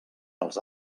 els